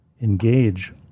engage